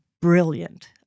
brilliant